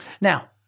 Now